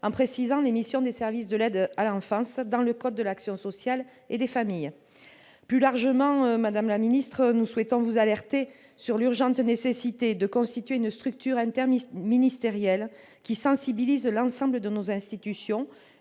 en précisant les missions des services de l'aide à l'enfance dans le code de l'action sociale et des familles. Plus largement, madame la secrétaire d'État, nous souhaitons vous alerter sur l'urgente nécessité de constituer une structure interministérielle qui sensibilise l'ensemble de nos institutions,